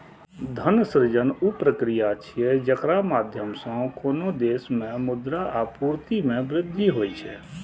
धन सृजन ऊ प्रक्रिया छियै, जेकरा माध्यम सं कोनो देश मे मुद्रा आपूर्ति मे वृद्धि होइ छै